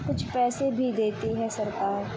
کچھ پیسے بھی دیتی ہے سرکار